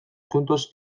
juntos